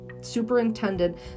superintendent